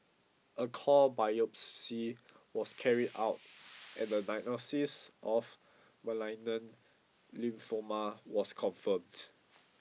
a core biopsy was carried out and the diagnosis of malignant lymphoma was confirmed